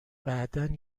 بعدا